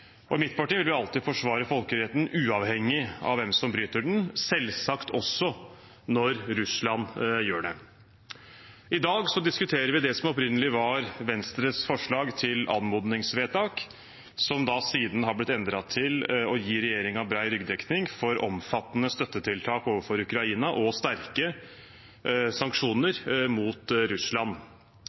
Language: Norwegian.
I mitt parti vil vi vil alltid forsvare folkeretten uavhengig av hvem som bryter den, selvsagt også når Russland gjør det. I dag diskuterer vi det som opprinnelig var Venstres forslag til anmodningsvedtak, som da siden har blitt endret til å gi regjeringen bred ryggdekning for omfattende støttetiltak overfor Ukraina og sterke sanksjoner mot Russland.